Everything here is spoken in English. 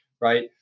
right